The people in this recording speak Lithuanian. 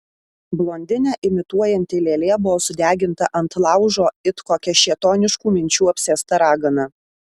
blondinę imituojanti lėlė buvo sudeginta ant laužo it kokia šėtoniškų minčių apsėsta ragana